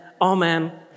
amen